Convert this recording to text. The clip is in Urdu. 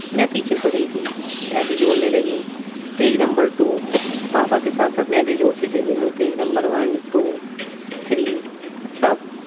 میں پیچھے کھڑی تھی میں بھی جوڑنے لگی پیج نمبر ٹو پاپا کے ساتھ ساتھ میں بھی جوڑتی چلی گئی page number one two three سب